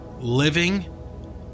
Living